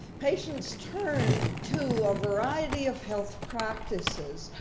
patients turn to a variety of health practices,